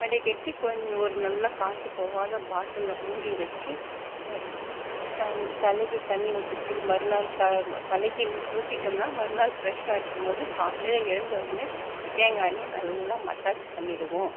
வடிகட்டி கொஞ்சம் ஒரு நல்லா காற்று போவாத பாட்டிலில் மூடி வச்சி ஒர் தல் தலைக்கு தண்ணி ஊற்றுறத்துக்கு மறுநாள் தா தலைக்கு இன்னிக்கு ஊற்றிட்டோம்னா மறுநாள் ஃப்ரெஷ்ஷாக இருக்கும்போது காலையில் எழுந்த உடனே தேங்காய் எண்ணெயை நல்லா மசாஜ் பண்ணிவிடுவோம்